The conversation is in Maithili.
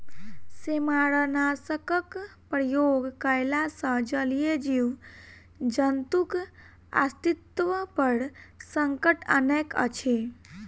सेमारनाशकक प्रयोग कयला सॅ जलीय जीव जन्तुक अस्तित्व पर संकट अनैत अछि